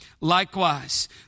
Likewise